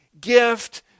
gift